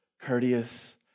courteous